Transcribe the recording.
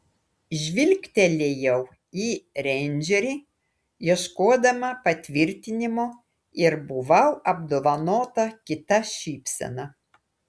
žvilgtelėjau į reindžerį ieškodama patvirtinimo ir buvau apdovanota kita šypsena